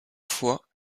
fois